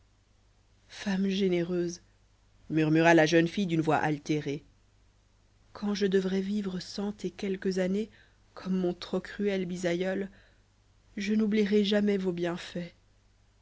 femme généreuse murmura la jeune fille d'une voix altérée quand je devrais vivre cent et quelques années comme mon trop cruel bisaïeul je n'oublierai jamais vos bienfaits